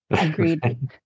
Agreed